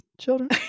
children